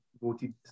voted